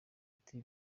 ati